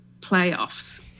playoffs